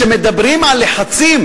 כשמדברים על לחצים,